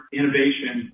innovation